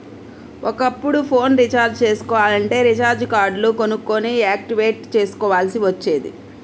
ఒకప్పుడు phone recharge చేసుకోవాలంటే recharge కార్డులు కొనుక్కొని యాక్టివేట్ చేసుకోవాల్సి వచ్చేది